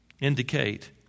indicate